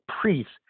priests